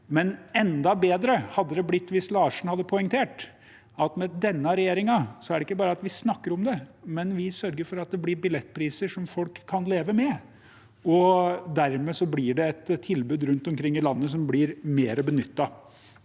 Enda bedre hadde det blitt hvis Larsen hadde poengtert at med denne regjeringen snakker vi ikke bare om det, men vi sørger for at det blir billettpriser som folk kan leve med, og dermed blir det et tilbud rundt omkring i landet som blir mer benyttet.